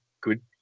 good